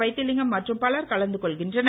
வைத்திலிங்கம் மற்றும் பலர் கலந்து கொள்கின்றனர்